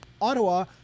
Ottawa